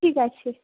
ঠিক আছে